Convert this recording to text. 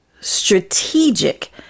strategic